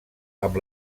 amb